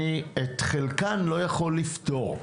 אני את חלקם לא יכול לפתור,